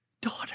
daughter